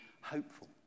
hopeful